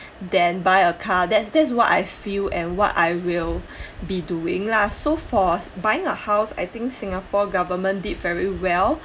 then buy a car that's that's what I feel and what I will be doing lah so for buying a house I think singapore government did very well